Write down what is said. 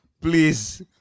please